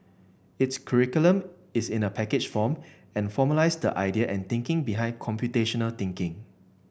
its curriculum is in a packaged form and formalised the idea and thinking behind computational thinking